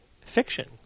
fiction